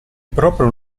proprio